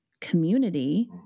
community